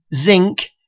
zinc